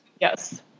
Yes